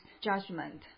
judgment